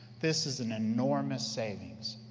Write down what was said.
this is an enormous savings.